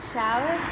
Shower